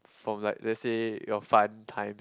from like let's say your fun time